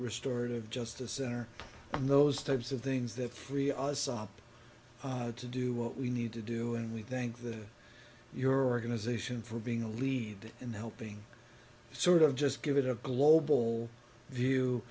restored of justice center on those types of things that free us up to do what we need to do and we thank the euro going to zation for being a lead in helping sort of just give it a global view